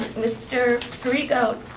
mr perrigo,